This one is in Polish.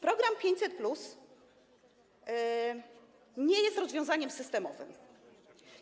Program 500+ nie jest rozwiązaniem systemowym.